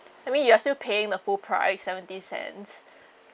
I mean you are still paying the full price seventy cents